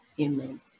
amen